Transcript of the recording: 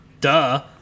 Duh